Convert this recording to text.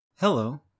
Hello